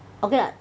okay [what]